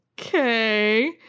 Okay